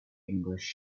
english